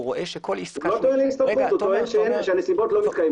והוא רואה- -- הוא טוען שהנסיבות לא מתקיימות.